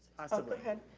oh, go ahead,